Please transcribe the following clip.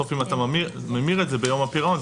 אם אתה ממיר את זה ביום הפירעון,